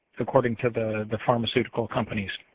according to the the pharmaceutical companies